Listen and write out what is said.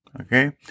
Okay